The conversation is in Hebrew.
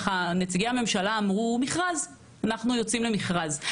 נציגי הממשלה אמרו שיוצאים למכרז,